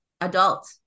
adult